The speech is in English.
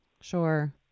Sure